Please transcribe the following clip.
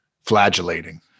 flagellating